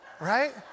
right